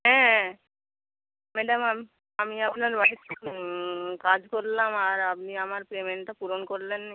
হ্যাঁ ম্যাডাম আমি আপনার বাড়ি কাজ করলাম আর আপনি আমার পেমেন্টটা পূরণ করলেন না